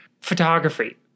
Photography